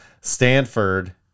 Stanford